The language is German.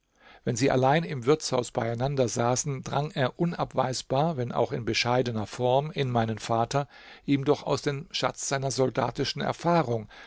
wenn sie allein im wirtshaus beieinander saßen drang er unabweisbar wenn auch in bescheidener form in meinen vater ihm doch aus dem schatz seiner soldatischen erfahrung